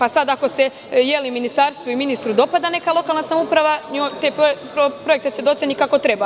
Ako se ministarstvu i ministru dopada neka lokalna samouprva, taj projekat će da oceni kako treba.